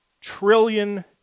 trillion